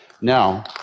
Now